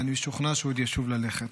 ואני משוכנע שהוא עוד ישוב ללכת.